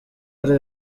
hari